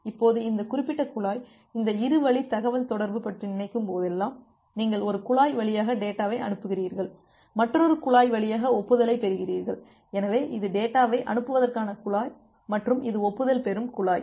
இப்போது இந்த குறிப்பிட்ட குழாய் இந்த இரு வழி தகவல்தொடர்பு பற்றி நினைக்கும் போதெல்லாம் நீங்கள் ஒரு குழாய் வழியாக டேட்டாவை அனுப்புகிறீர்கள் மற்றொரு குழாய் வழியாக ஒப்புதலைப் பெறுகிறீர்கள் எனவே இது டேட்டாவை அனுப்புவதற்கான குழாய் மற்றும் இது ஒப்புதல் பெறும் குழாய்